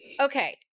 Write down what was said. Okay